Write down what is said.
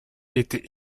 était